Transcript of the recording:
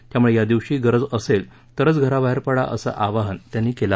त्यामूळे यादिवशी गरज असेल तरच घराबाहेर पडा असं आवाहन त्यांनी केलं